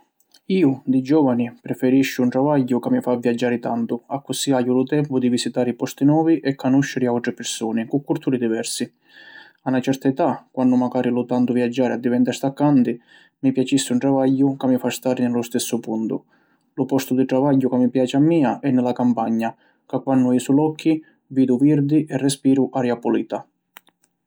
Iu, di giovani, preferisciu un travagghiu ca mi fa viaggiari tantu accussì haiu lu tempu di visitari posti novi e canusciri autri pirsuni cu culturi diversi. A na certa età, quannu macari lu tantu viaggiari addiventa stancanti, mi piacissi un travagghiu ca mi fa stari ni lu stessu puntu. Lu postu di travagghiu ca mi piaci a mia è ni la campagna, ca quannu jisu l’occhi vidu virdi e respiru aria pulita.